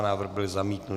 Návrh byl zamítnut.